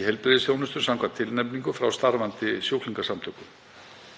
í heilbrigðisþjónustu samkvæmt tilnefningu frá starfandi sjúklingasamtökum.